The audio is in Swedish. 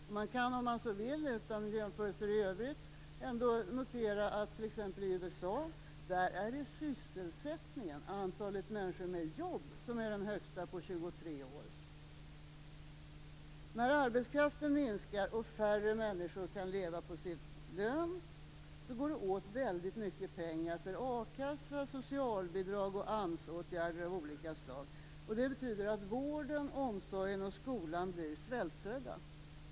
Om man vill kan man, utan jämförelser i övrigt, notera att i t.ex. USA är det sysselsättningen, antalet människor med jobb, som är den högsta på 23 år. När arbetskraften minskar och färre människor kan leva på sin lön, går det åt väldigt mycket pengar till a-kassa, socialbidrag och AMS-åtgärder av olika slag. Det betyder att vården, omsorgen och skolan blir svältfödda.